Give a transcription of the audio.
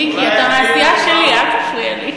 אולי, מיקי, אתה מהסיעה שלי, אל תפריע לי.